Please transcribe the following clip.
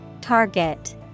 Target